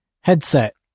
headset